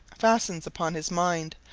fastens upon his mind,